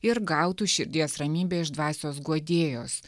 ir gautų širdies ramybę iš dvasios guodėjos